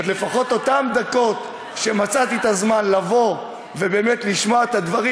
ולפחות אותן דקות שבהן מצאתי את הזמן לבוא ולשמוע את הדברים,